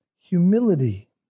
humility